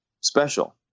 special